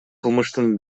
кылмыштын